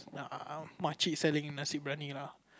uh macik selling nasi-bryani lah